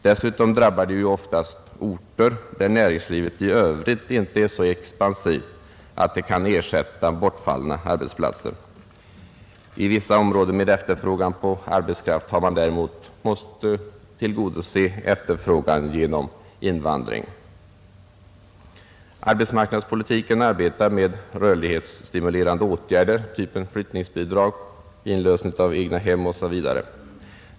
Dessutom drabbar de ofta orter där näringslivet i övrigt inte är så expansivt att det kan ersätta bortfallna arbetsplatser. I vissa områden med efterfrågan på arbetskraft har därför denna efterfrågan måst tillgodoses genom invandrare. Arbetsmarknadspolitiken arbetar med rörlighetsstimulerande åtgärder av typen flyttningsbidrag, inlösen av egnahem m.m.